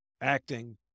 acting